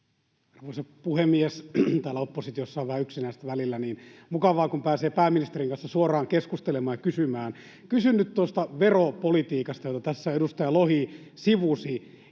Arvoisa puhemies! Täällä oppositiossa on vähän yksinäistä välillä, niin on mukavaa, kun pääsee pääministerin kanssa suoraan keskustelemaan ja kysymään. Kysyn nyt tuosta veropolitiikasta, jota tässä edustaja Lohi sivusi.